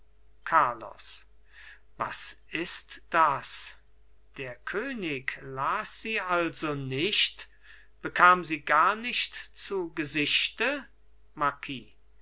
carlos was ist das der könig las sie also nicht bekam sie gar nicht zu gesichte